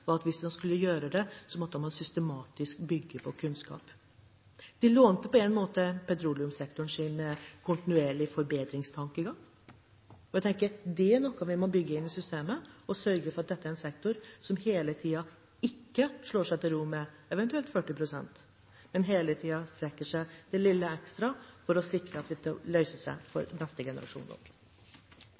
var at hvis man skulle gjøre det, måtte man systematisk bygge på kunnskap. De lånte på en måte petroleumssektorens kontinuerlige forbedringstankegang, og jeg tenker det er noe vi må bygge inn i systemet, og sørge for at dette er en sektor som ikke slår seg til ro med eventuelt 40 pst., men hele tiden strekker seg det lille ekstra for å sikre at dette løser seg for neste generasjon.